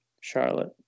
Charlotte